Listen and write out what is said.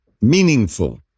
meaningful